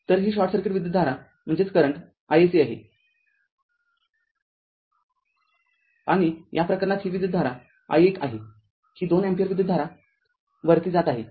तर ही short circuit विद्युतधारा iSC आहे आणि या प्रकरणात ही विद्युतधारा i१ आहे ही २ अँपिअर विद्युतधारा वरती जात आहे